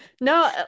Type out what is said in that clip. No